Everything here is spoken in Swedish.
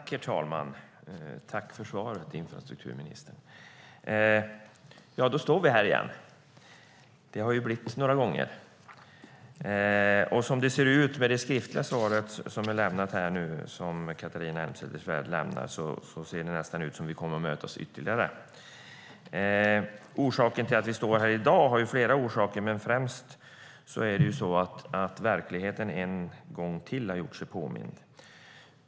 Herr talman! Jag tackar infrastrukturministern för svaret. Nu står vi här igen. Det har ju blivit några gånger, och att döma av det svar som Catharina Elmsäter-Svärd har lämnat kommer vi nog att mötas ytterligare. Vi står här i dag av flera orsaker, men främst handlar det om att verkligheten ännu en gång har gjort sig påmind.